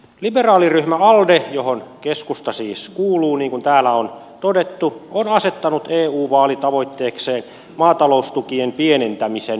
liberaaliryhmä alde johon keskusta siis kuuluu niin kuin täällä on todettu on asettanut eu vaalitavoitteekseen maataloustukien pienentämisen maailmanlaajuisesti